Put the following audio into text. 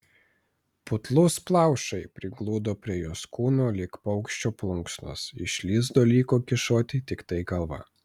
putlūs plaušai prigludo prie jos kūno lyg paukščio plunksnos iš lizdo liko kyšoti tiktai galva